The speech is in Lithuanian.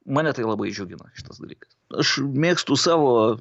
mane tai labai džiugina šitas dalykas aš mėgstu savo